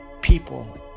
people